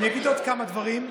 אגיד עוד כמה דברים.